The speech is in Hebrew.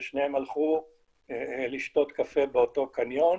אם שניהם הלכו לשתות קפה באותו קניון.